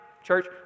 church